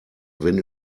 wenn